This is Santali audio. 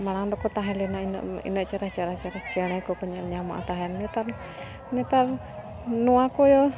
ᱢᱟᱲᱟᱝ ᱫᱚᱠᱚ ᱛᱟᱦᱮᱸ ᱞᱮᱱᱟ ᱤᱱᱟᱹᱜ ᱤᱱᱟᱹᱜ ᱪᱮᱦᱨᱟ ᱪᱮᱦᱨᱟ ᱪᱮᱬᱮ ᱠᱚᱠᱚ ᱧᱮᱞ ᱧᱟᱢᱚᱜᱼᱟ ᱛᱟᱦᱮᱱ ᱱᱮᱛᱟᱨ ᱱᱮᱛᱟᱨ ᱱᱚᱣᱟ ᱠᱚ